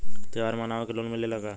त्योहार मनावे के लोन मिलेला का?